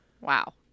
wow